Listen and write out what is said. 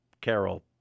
carol